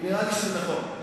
כי נראה שזה נכון.